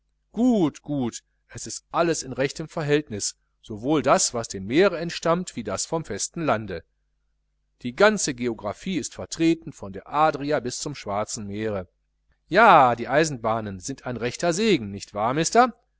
gut gut es ist alles in rechtem verhältnis sowohl das was dem meere entstammt wie das vom festen lande die ganze geographie ist vertreten von der adria bis zum schwarzen meere ja die eisenbahnen sind ein rechter segen nicht wahr